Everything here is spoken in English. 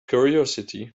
curiosity